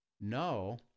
no